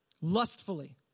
lustfully